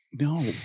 no